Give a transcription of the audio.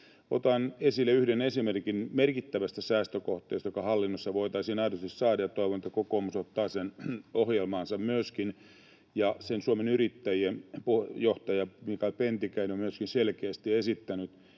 Otan esille yhden esimerkin merkittävästä säästökohteesta, joka hallinnossa voitaisiin aidosti saada, ja toivon, että kokoomus ottaa sen ohjelmaansa myöskin — sen Suomen Yrittäjien johtaja Mikael Pentikäinen on myöskin selkeästi esittänyt: